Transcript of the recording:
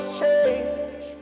change